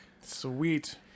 Sweet